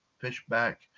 Fishback